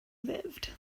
lived